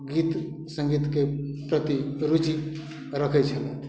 गीत सङ्गीतके प्रति रुचि रखय छलथि